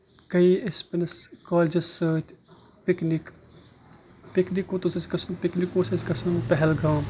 گٔیہِ أسۍ پنِنس کالیجس سۭتۍ پِکنِک پِکِنک کوٚت اوس اَسہِ گژھُن پِکِنک اوس اَسہِ گژھُن پہلگام